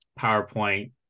powerpoint